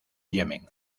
yemen